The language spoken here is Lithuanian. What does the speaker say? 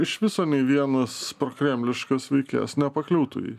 iš viso nei vienas prokremliškas veikėjas nepakliūtų į